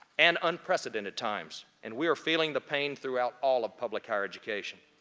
and unprecedented times. and we are feeling the pain throughout all of public higher education.